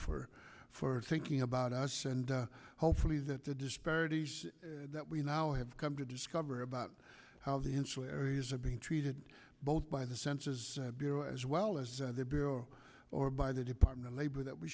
for for thinking about us and hopefully that the disparities that we now have come to discover about how the insurers are being treated both by the census bureau as well as the bill or by the department of labor that we